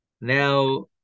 Now